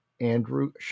Andrew